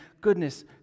goodness